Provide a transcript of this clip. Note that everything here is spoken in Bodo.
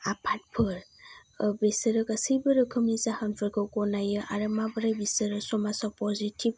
आफादफोर बेसोरो गासैबो रोखोमनि जाहोनफोरखौ गनायो आरो माबोरै बिसोरो समाजआव पजिथिभ